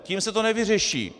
Tím se to nevyřeší.